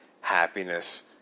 happiness